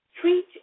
Treat